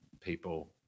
people